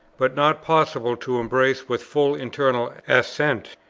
but not possible to embrace with full internal assent.